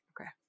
Okay